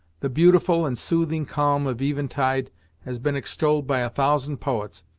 the beautiful and soothing calm of eventide has been extolled by a thousand poets,